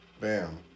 bam